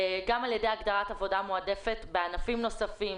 גם על ידי הגדרת עבודה מועדפת בענפים נוספים,